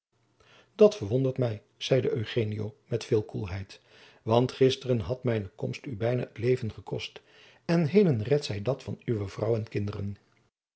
dat verwondert mij zeide eugenio met veel koelheid want gisteren had mijne komst u bijna het leven gekost en heden redt zij dat van uwe vrouw en kinderen